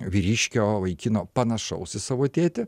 vyriškio vaikino panašaus į savo tėtį